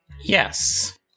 Yes